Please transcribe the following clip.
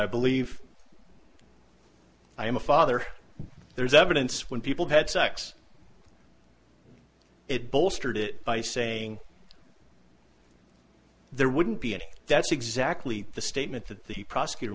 i believe i am a father there is evidence when people had sex it bolstered it by saying there wouldn't be and that's exactly the statement that the prosecutor